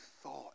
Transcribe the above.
thought